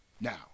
Now